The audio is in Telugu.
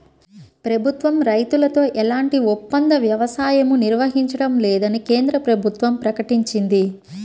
ప్రభుత్వం రైతులతో ఎలాంటి ఒప్పంద వ్యవసాయమూ నిర్వహించడం లేదని కేంద్ర ప్రభుత్వం ప్రకటించింది